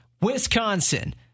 Wisconsin